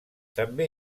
també